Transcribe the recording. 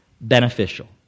beneficial